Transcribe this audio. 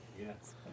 Yes